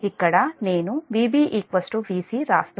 ఇక్కడ నేను Vb Vc వ్రాస్తున్నాను ఇది సమీకరణం 32